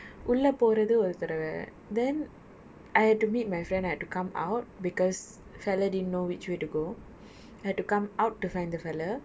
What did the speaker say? உள்ளே போரது ஒரு தடவே:ulle porathu oru thadavae then I had to meet my friend I had to come out because fellow didn't know which way to go and had to come out to find the fellow